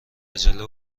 عجله